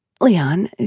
Leon